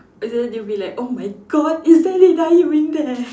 and then they'll be like oh my god is there doing there